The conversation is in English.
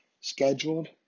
scheduled